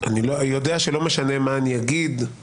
אני יודע שזה לא משנה מה אני אגיד,